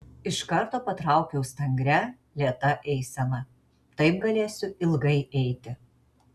iš karto patraukiau stangria lėta eisena taip galėsiu ilgai eiti